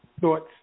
Thoughts